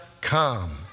come